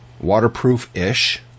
waterproof-ish